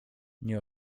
nie